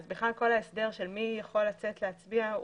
כל ההסדר של מי יכול לצאת להצביע,